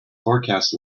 forecast